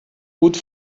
gut